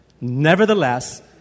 Nevertheless